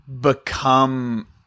become